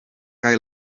kaj